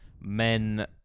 Men